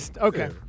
Okay